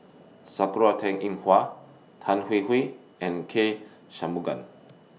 Sakura Teng Ying Hua Tan Hwee Hwee and K Shanmugam